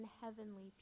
heavenly